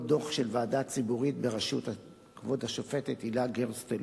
דוח של ועדה ציבורית בראשות כבוד השופטת הילה גרסטל,